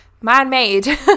man-made